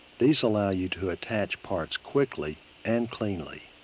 these allow you to attach parts quickly and cleanly.